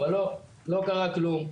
אבל לא, לא קרה כלום.